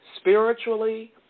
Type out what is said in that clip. spiritually